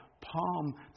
Palm